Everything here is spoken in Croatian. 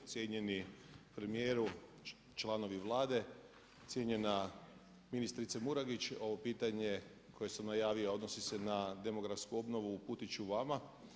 Cijenjeni premijeru, članovi Vlade, cijenjena ministrice Murganić ovo pitanje koje sam navio, a odnosi se na demografsku obnovu uputit ću vama.